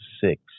six